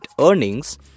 earnings